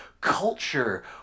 culture